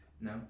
No